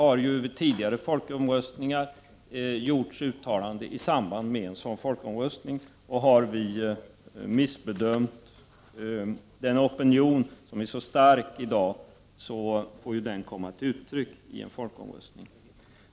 Det har vid tidigare folkomröstningar gjorts uttalanden om en folkomröstning av detta slag. Om vi har missbedömt den opinion som är så stark i dag, får den komma till uttryck i en folkomröstning.